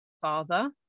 Father